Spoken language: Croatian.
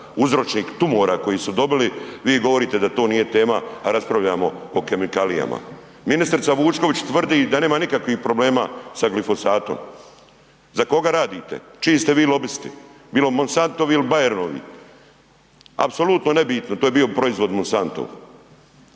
uzročnik tumora koji su dobili, vi govorite da to nije tema, a raspravljamo o kemikalijama. Ministrica Vučković tvrdi da nema nikakvih problema sa glifosatom, za koga radite, čiji ste vi lobisti, bilo Monsantovi ili Bayernovi, apsolutno nebitno, to je bio proizvod Monsantov.